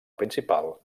principal